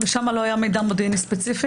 שם לא היה מידע מודיעיני ספציפי?